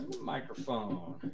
Microphone